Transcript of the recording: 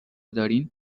دارین